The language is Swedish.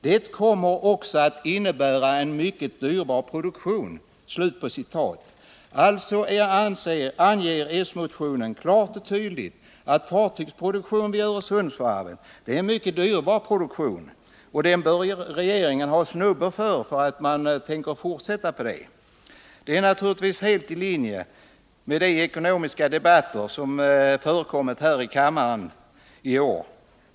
Det kommer också att innebära en mycket dyrbar produktion.” I s-motionen anges alltså klart och tydligt att fartygsproduktion vid Öresundsvarvet är en mycket dyrbar produktion. Regeringen bör få snubbor för att man tänker fortsätta med det. Men detta är naturligtvis helt i linje med vad som uttalats i de ekonomiska debatter som förekommit här i kammaren tidigare.